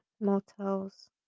motels